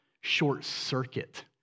short-circuit